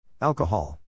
Alcohol